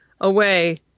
away